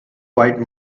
white